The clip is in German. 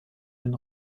den